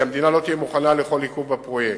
כי המדינה לא תהיה מוכנה לכל עיכוב בפרויקט.